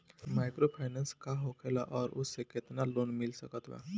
Microfinance का होखेला और ओसे केतना लोन मिल सकत बा?